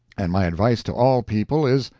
and my advice to all people is,